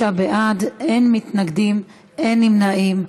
25 בעד, אין מתנגדים, אין נמנעים.